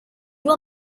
will